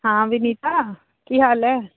ਹਾਂ ਵਨੀਤਾ ਕੀ ਹਾਲ ਹੈ